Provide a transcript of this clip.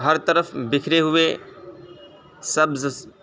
ہر طرف بکھرے ہوئے سبز